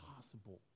possible